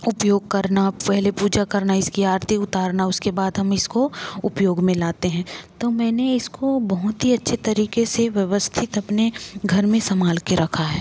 उपयोग करना पेहले पूजा करना इसकी आरती उतारना उसके बाद हम इसको उपयोग में लाते हैं तो मैंने इसको बहुत ही अच्छे तरीके से व्यवस्थित अपने घर में संभाल के रखा है